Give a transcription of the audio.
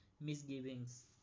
misgivings